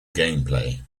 gameplay